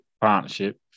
partnership